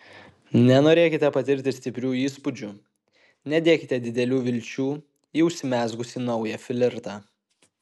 nenorėkite patirti stiprių įspūdžių nedėkite didelių vilčių į užsimezgusį naują flirtą